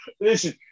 Listen